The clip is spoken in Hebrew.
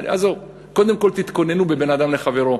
עזוב, קודם כול תתכוננו בבין אדם לחברו.